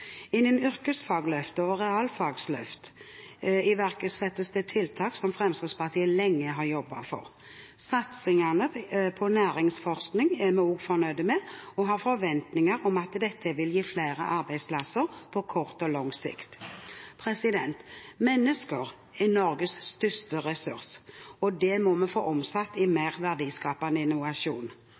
Innen yrkesfagsløft og realfagsløft iverksettes det tiltak som Fremskrittspartiet lenge har jobbet for. Satsingene på næringsforskning er vi også fornøyd med og har forventninger om at dette vil gi flere arbeidsplasser på kort og lang sikt. Mennesker er Norges største ressurs, og det må vi få omsatt i mer verdiskapende innovasjon.